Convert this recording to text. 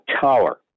tower